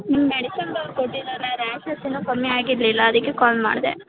ನಿಮ್ಮ ಮೆಡಿಕಲ್ನೋರ್ ಕೊಟ್ಟಿದ್ದಾರೆ ರ್ಯಾಷಸ್ ಇನ್ನೂ ಕಮ್ಮಿ ಆಗಿರಲಿಲ್ಲ ಅದಕ್ಕೆ ಕಾಲ್ ಮಾಡಿದೆ